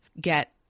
get